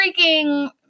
freaking